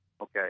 Okay